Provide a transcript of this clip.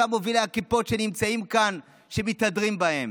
אותם מובילי הכיפות שנמצאים כאן שמתהדרים בהן,